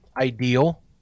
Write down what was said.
ideal